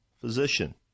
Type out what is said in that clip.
physician